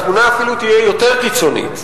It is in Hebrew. התמונה אפילו תהיה יותר קיצונית.